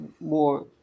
more